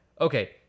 okay